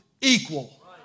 equal